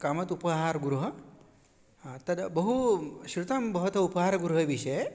कामत् उपहारगृहं तद् बहु श्रुतं भवतः उपहारगृहविषये